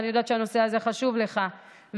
ואני יודעת שהנושא הזה חשוב לך,